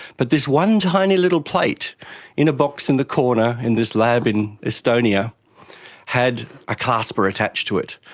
but this one tiny little plate in a box in the corner in this lab in estonia had a clasper attached to it,